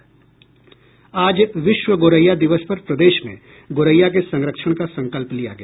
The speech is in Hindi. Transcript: आज विश्व गौरैया दिवस पर प्रदेश में गौरैया के संरक्षण का संकल्प लिया गया